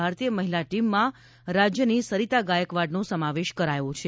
ભારતીય મહિલા ટીમમાં રાજ્યની સરિતા ગાયકવાડનો સમાવેશ કરાયો છે